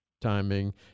timing